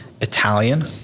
Italian